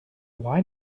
why